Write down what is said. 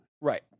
right